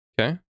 Okay